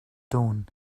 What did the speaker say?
dawn